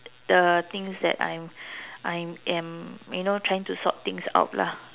the things that I'm I am you know trying to sort things out lah